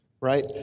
right